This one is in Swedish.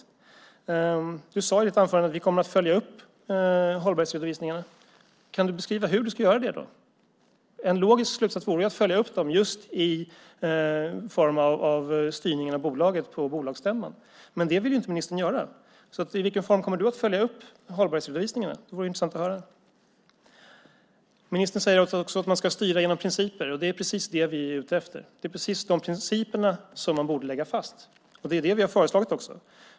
Ministern sade i sitt anförande att man kommer att följa upp hållbarhetsredovisningarna. Kan hon beskriva hur hon ska göra det? En logisk slutsats vore att följa upp dem just i form av styrningen av bolaget på bolagsstämman. Men det vill ministern inte göra. I vilken form kommer ministern att följa upp hållbarhetsredovisningarna? Det vore intressant att höra. Ministern säger också att man ska styra genom principer. Det är precis det som vi är ute efter. Det är precis dessa principer som man borde lägga fast. Det är det som vi också har föreslagit.